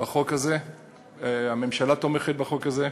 בחוק הזה והממשלה תומכת בחוק הזה.